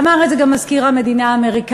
אמר את זה גם מזכיר המדינה האמריקני,